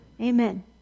Amen